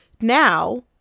now